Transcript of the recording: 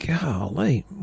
Golly